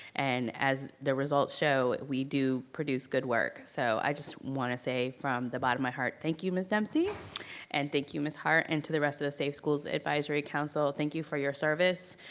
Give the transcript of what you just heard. and as the results show, we do produce good work. so i just want to say from the bottom of my heart, thank you ms. dempsey and thank you ms. hart, and to the rest of the safe schools advisory council, thank you for your service,